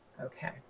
Okay